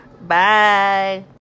Bye